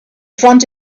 front